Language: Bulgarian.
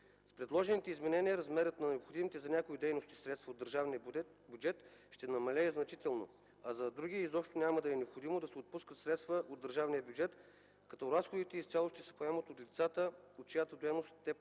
С предложените изменения размерът на необходимите за някои дейности средства от държавния бюджет ще намалее значително, а за други изобщо няма да е необходимо да се отпускат средства от държавния бюджет, като разходите изцяло ще се поемат от лицата, от чиято дейност те